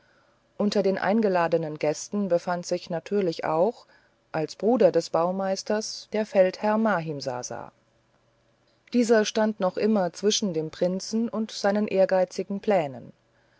unter den eingeladenen gästen befand sich natürlich auch als bruder des baumeisters der feldherr mahimsasa dieser stand noch immer zwischen dem prinzen und seinen ehrgeizigen plänen